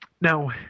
Now